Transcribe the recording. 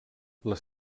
les